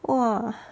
!wah!